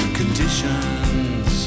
conditions